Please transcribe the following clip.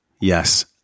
Yes